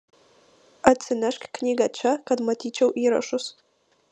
atsinešk knygą čia kad matyčiau įrašus